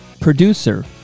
producer